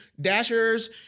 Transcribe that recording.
Dashers